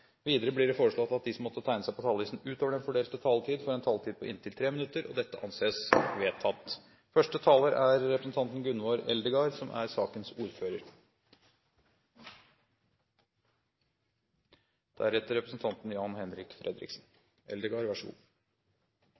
Videre blir det foreslått at de som måtte tegne seg på talerlisten utover den fordelte taletid, får en taletid på inntil 3 minutter. – Det anses vedtatt. Det er ikke alltid det er